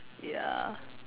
ya